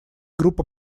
группа